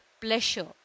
pleasure